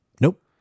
Nope